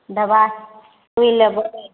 दवा सुइ लेबै